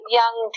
young